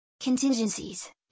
Contingencies